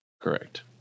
Correct